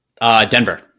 Denver